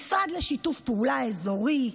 המשרד לשיתוף פעולה אזורי,